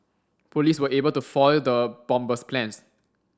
police were able to foil the bomber's plans